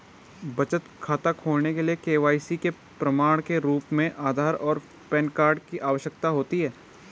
बचत खाता खोलने के लिए के.वाई.सी के प्रमाण के रूप में आधार और पैन कार्ड की आवश्यकता होती है